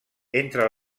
entre